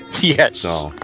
Yes